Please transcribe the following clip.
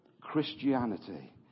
Christianity